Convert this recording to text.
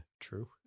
true